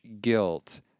guilt